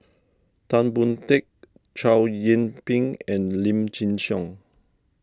Tan Boon Teik Chow Yian Ping and Lim Chin Siong